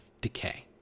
decay